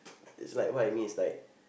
it's like what I mean it's like